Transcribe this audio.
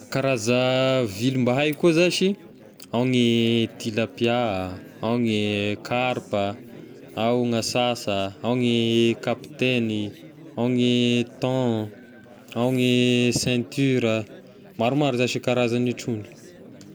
Karaza vily mba haiko koa zashy ao gne tilapia, ao gne karpa, ao gn'ansansa, ao gne kapitegny, ao gne thon, ao gne ceinture ah, maromaro zashy e karazagny trondro io.